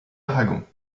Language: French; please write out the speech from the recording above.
aragon